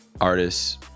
artists